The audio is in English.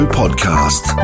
podcast